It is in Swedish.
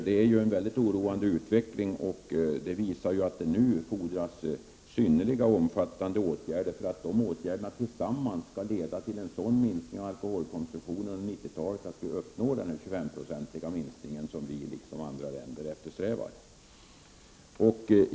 Det är en mycket oroande utveckling, som visar att det nu fordras omfattande åtgärder, vilka leder till en sådan minskning av alkoholkonsumtionen under 90-talet att vi når WHO:s mål om en minskning av alkoholkonsumtionen med 25 96, som Sverige liksom andra länder eftersträvar.